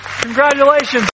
Congratulations